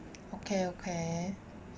okay okay